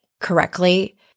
correctly